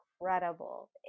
incredible